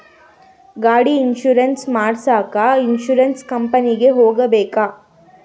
ಗಾಡಿ ಇನ್ಸುರೆನ್ಸ್ ಮಾಡಸಾಕ ಇನ್ಸುರೆನ್ಸ್ ಕಂಪನಿಗೆ ಹೋಗಬೇಕಾ?